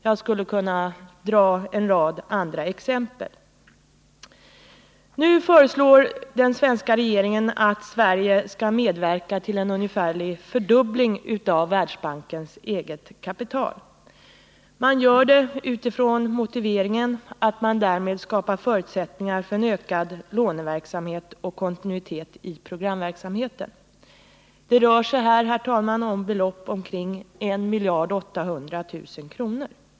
Jag skulle kunna dra en rad andra exempel. Nu föreslår den svenska regeringen att Sverige skall medverka till en ungefärlig fördubbling av Världsbankens eget kapital. Man gör det utifrån motiveringen att man därmed skapar förutsättningar för en ökad låneverksamhet och kontinuitet i programverksamheten. Det rör sig, herr talman, om belopp på omkring 1 800 000 000 kr.